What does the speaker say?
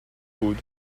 بود